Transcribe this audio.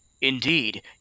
Indeed